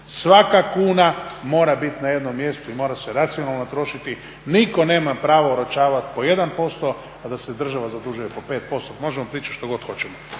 Svaka kuna mora biti na jednom mjestu i mora se racionalno trošiti. Nitko nema pravo oročavati po jedan posto, a da se država zadužuje po 5%. Možemo pričati što god hoćemo.